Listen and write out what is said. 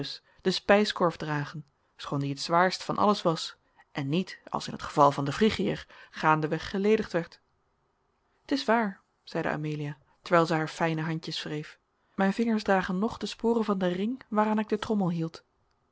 den spijskorf dragen schoon die het zwaarst van alles was en niet als in het geval van den phrygiër gaandeweg geledigd werd t is waar zeide amelia terwijl zij haar fijne handjes wreef mijn vingers dragen nog de sporen van den ring waaraan ik de trommel hield